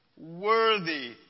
worthy